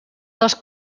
dels